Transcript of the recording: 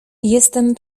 jestem